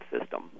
system